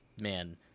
man